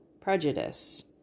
prejudice